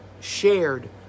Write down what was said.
shared